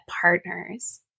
Partners